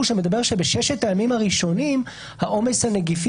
שמדבר על כך שבששת הימים הראשונים העומס הנגיפי